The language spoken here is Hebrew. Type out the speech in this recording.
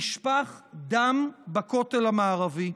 נשפך דם בכותל המערבי.